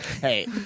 Hey